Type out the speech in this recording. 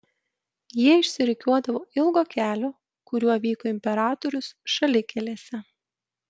jie išsirikiuodavo ilgo kelio kuriuo vyko imperatorius šalikelėse